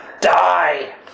die